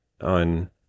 on